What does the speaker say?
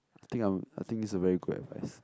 I think I would I think it's a very good advice